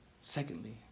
Secondly